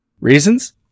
reasons